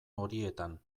horietan